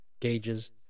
gauges